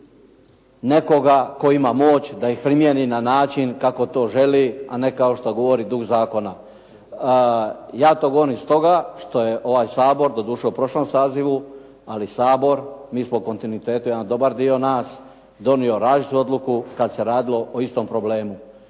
nekoga tko ima moć da ih primjeni na način kako to želi a ne kao što govori duh zakona. Ja to govorim stoga što je ovaj Sabor, doduše u prošlom sazivu, ali Sabor, mi smo u kontinuitetu dobar dio nas, donio različitu odluku kada se radilo o istom problemu.